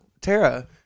Tara